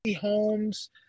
homes